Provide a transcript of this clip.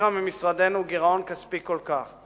והסתירה ממשרדנו גירעון כספי גדול כל כך.